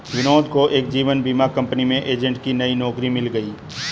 विनोद को एक जीवन बीमा कंपनी में एजेंट की नई नौकरी मिल गयी